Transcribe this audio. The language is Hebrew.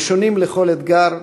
ראשונים לכל אתגר,